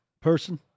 person